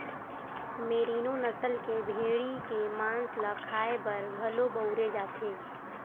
मेरिनों नसल के भेड़ी के मांस ल खाए बर घलो बउरे जाथे